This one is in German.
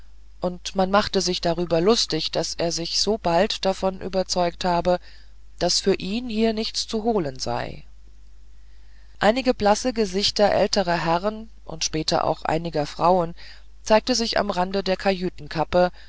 und man machte sich darüber lustig daß er sich so bald davon überzeugt habe daß für ihn hier nichts zu holen sei einige blasse gesichter älterer herren und später auch einiger frauen zeigten sich am rande der kajütskappe